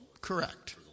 Correct